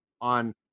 on